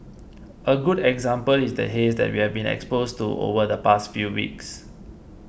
a good example is the haze that we have been exposed to over the past few weeks